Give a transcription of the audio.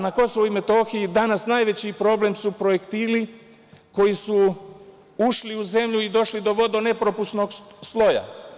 Na Kosovu i Metohiji danas najveći problem su projektili koji su ušli u zemlju i došli do vodo-nepropusnog sloja.